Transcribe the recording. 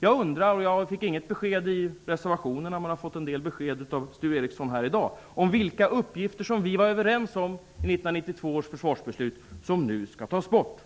Jag undrar -- och jag fick inget besked i reservationen men en del besked av Sture Ericson här i dag -- vilka uppgifter som vi var överens om i 1992 års försvarsbeslut men som nu skall tas bort.